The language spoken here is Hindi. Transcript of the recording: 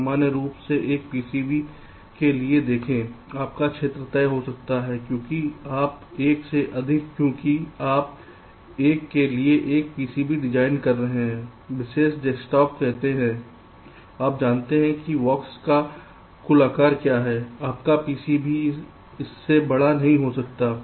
सामान्य रूप से एक PCB के लिए देखें आपका क्षेत्र तय हो गया है क्योंकि आप एक के लिए एक PCB डिजाइन कर रहे हैं विशेष डेस्कटॉप कहते हैं आप जानते हैं कि बॉक्स का कुल आकार क्या है आपका PCB इससे बड़ा नहीं हो सकता है